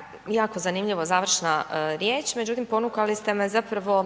Kolegice, jako zanimljiva završna riječ međutim ponukali ste me zapravo